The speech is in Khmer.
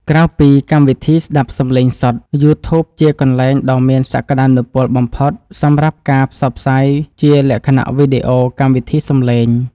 ក្រៅពីកម្មវិធីស្តាប់សំឡេងសុទ្ធយូធូបគឺជាកន្លែងដ៏មានសក្តានុពលបំផុតសម្រាប់ការផ្សព្វផ្សាយជាលក្ខណៈវីដេអូកម្មវិធីសំឡេង។